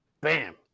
bam